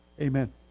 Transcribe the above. amen